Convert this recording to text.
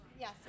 Yes